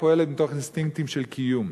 החיה פועלת מתוך אינסטינקטים של קיום.